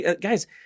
guys